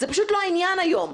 זה פשוט לא העניין היום.